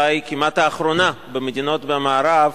אולי כמעט האחרונה במדינות במערב,